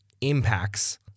impacts